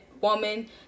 woman